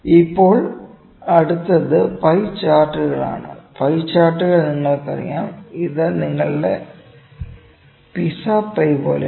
ഇപ്പോൾ അടുത്തത് പൈ ചാർട്ടുകളാണ് പൈ ചാർട്ടുകൾ നിങ്ങൾക്കറിയാം ഇത് നിങ്ങളുടെ പിസ്സ പൈ പോലെയാണ്